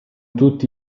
tutti